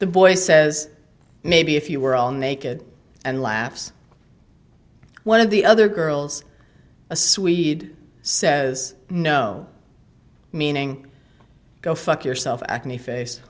the boy says maybe if you were all naked and laughs one of the other girls a swede says no meaning go fuck yourself acne face